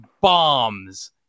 bombs